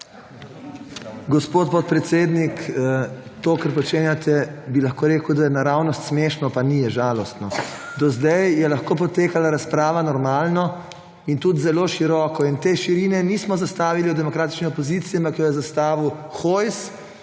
Gospod podpredsednik, to, kar počenjate, bi lahko rekel, da je naravnost smešno; pa ni, je žalostno. Do zdaj je lahko potekala razprava normalno in tudi zelo široko in te širine nismo zastavili v demokratični opoziciji, ampak to je zastavil Hojs,